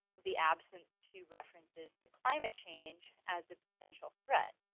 the absence to references to climate change as a potential threat?